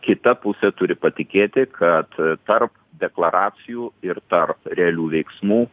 kita pusė turi patikėti kad tarp deklaracijų ir tarp realių veiksmų